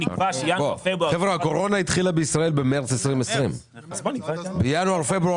הקורונה התחילה בישראל במארס 2020. בינואר-פברואר